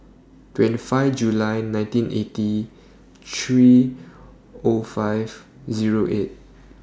twenty five July nineteen eighty three O five Zero eight